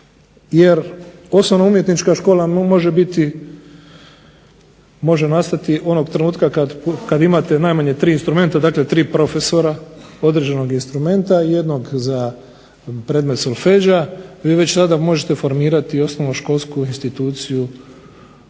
jer osnovno umjetnička škola može nastati onog trenutka kada imate najmanje tri instrumenta, dakle tri profesora određenog instrumenta i jednog za predmet solfedža, vi već tada možete formirati osnovnoškolsku instituciju,